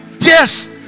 Yes